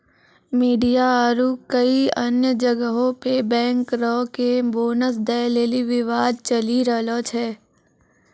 media आरु कई अन्य जगहो पे बैंकरो के बोनस दै लेली विवाद चलि रहलो छै